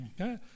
Okay